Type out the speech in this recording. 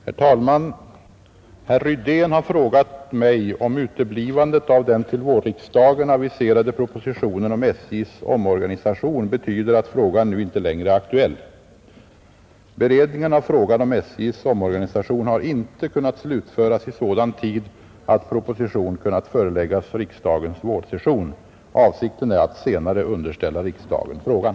Herr talman! Herr Rydén har frågat mig, om uteblivandet av den till vårriksdagen aviserade propositionen om SJ:s omorganisation betyder, att frågan nu inte längre är aktuell. Beredningen av frågan om SJ:s omorganisation har inte kunnat slutföras i sådan tid att proposition kunnat föreläggas riksdagens vårsession. Avsikten är att senare underställa riksdagen frågan.